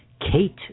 Kate